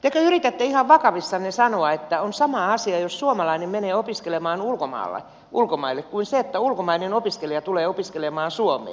tekö yritätte ihan vakavissanne sanoa että on sama asia jos suomalainen menee opiskelemaan ulkomaille kuin se että ulkomainen opiskelija tulee opiskelemaan suomeen